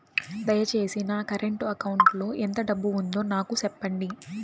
దయచేసి నా current account లో ఎంత డబ్బు ఉందో నాకు సెప్పండి